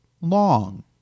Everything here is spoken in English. long